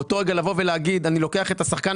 באותו רגע לבוא ולהגיד שאני לוקח את השחקן